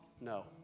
No